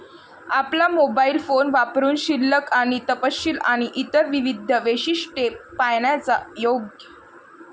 आपला mobile phone वापरुन शिल्लक आणि तपशील आणि इतर विविध वैशिष्ट्ये पाहण्याचा योग